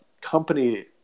company